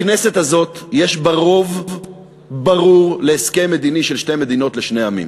הכנסת הזאת יש בה רוב ברור להסכם מדיני של שתי מדינות לשני עמים.